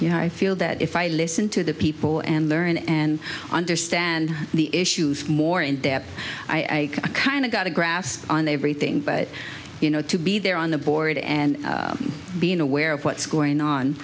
you know i feel that if i listen to the people and learn and understand the issues more in depth i kind of got a grasp on everything but you know to be there on the border and being aware of what's going on